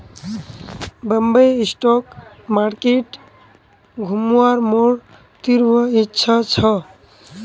Bombay stock market घुमवार मोर तीव्र इच्छा छ